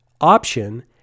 option